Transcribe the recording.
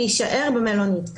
להישאר במלונית.